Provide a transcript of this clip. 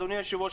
אדוני היושב-ראש,